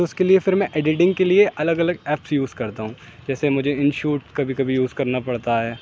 تو اس کے لیے پھر میں ایڈیٹنگ کے لیے الگ الگ ایپس یوز کرتا ہوں جیسے مجھے انشوٹ کبھی کبھی یوز کرنا پڑتا ہے